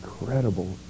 incredible